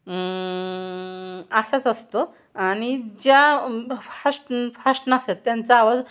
असाच असतो आणि ज्या फास्ट फास्ट नसेल त्यांचा आवाज